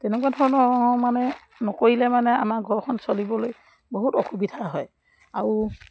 তেনেকুৱা ধৰণৰ মানে নকৰিলে মানে আমাৰ ঘৰখন চলিবলৈ বহুত অসুবিধা হয় আৰু